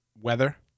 weather